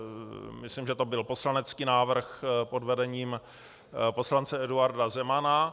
Myslím, že to byl poslanecký návrh pod vedením poslance Eduarda Zemana.